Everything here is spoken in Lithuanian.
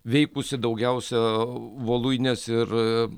veikusi daugiausiai voluinės ir